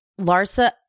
Larsa